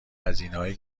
هزینههای